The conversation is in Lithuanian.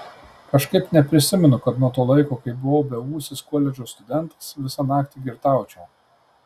kažkaip neprisimenu kad nuo to laiko kai buvau beūsis koledžo studentas visą naktį girtaučiau